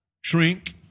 shrink